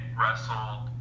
wrestled